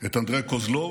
את אנדרי קוזלוב,